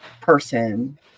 person